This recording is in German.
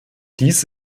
dies